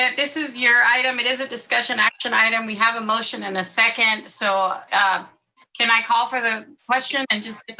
this is your item, it is a discussion action item, we have a motion and a second. so can i call for the question and just